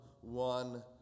one